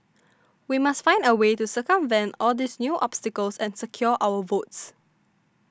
we must find a way to circumvent all these new obstacles and secure our votes